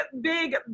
big